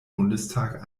bundestag